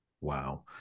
Wow